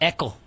Echo